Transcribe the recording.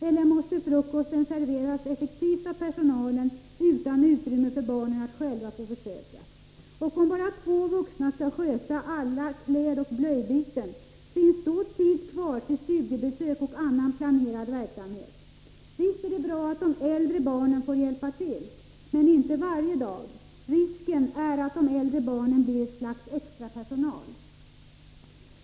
Eller måste frukosten serveras effektivt av personalen, utan utrymme för barnen att själva få försöka? Och om bara två vuxna ska sköta alla klädoch blöjbyten — finns då tid kvar till studiebesök och annan planerad verksamhet? Visst är det bra att de äldre barnen får hjälpa till. Men inte varje dag. Risken är att de äldre barnen blir ett slags extrapersonal.